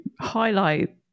highlight